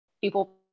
people